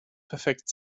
perfekt